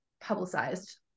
publicized